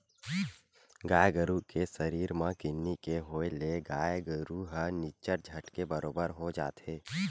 गाय गरु के सरीर म किन्नी के होय ले गाय गरु ह निच्चट झटके बरोबर हो जाथे